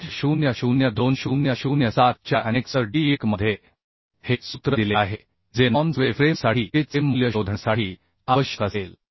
800 2007 च्या annexure D 1 मध्ये हे सूत्र दिले आहे जे नॉन स्वे फ्रेमसाठी के चे मूल्य शोधण्यासाठी आवश्यक असेल